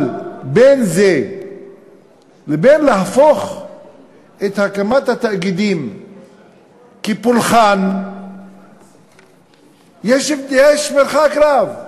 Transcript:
אבל בין זה לבין להפוך את הקמת התאגידים לפולחן יש מרחק רב.